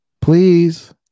Please